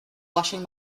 washing